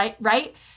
right